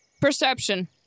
Perception